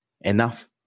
Enough